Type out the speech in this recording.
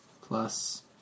plus